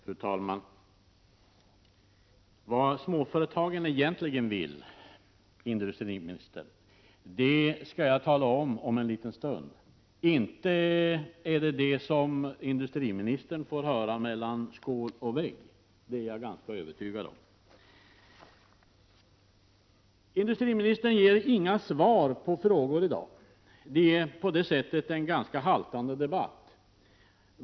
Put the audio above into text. Fru talman! Vad småföretagen egentligen vill skall jag tala om om en liten stund, industriministern. Jag är ganska övertygad om att det inte är det som industriministern får höra mellan skål och vägg. Industriministern ger inga svar på frågor i dag. Debatten är på det sättet ganska haltande.